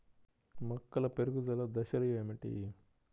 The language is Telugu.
మొక్కల పెరుగుదల దశలు ఏమిటి?